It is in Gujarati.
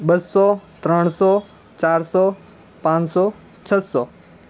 બસો ત્રણસો ચારસો પાંચસો છસો